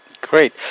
Great